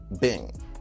Bing